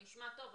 נשמע טוב,